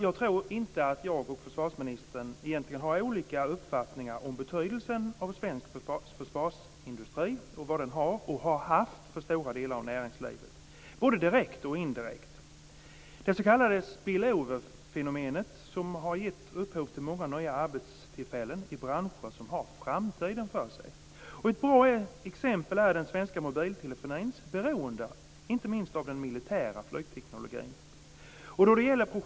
Jag tror inte att jag och försvarsministern har olika uppfattningar om den betydelse svensk försvarsindustri har och har haft för stora delar av näringslivet - både direkt och indirekt. Där finns det s.k. spill over-fenomenet, som har gett upphov till många nya arbetstillfällen i branscher som har framtiden för sig. Ett bra exempel är den svenska mobiltelefonins beroende av inte minst den militära flygtekniken.